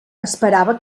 esperava